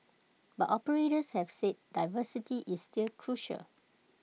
but operators have said diversity is still crucial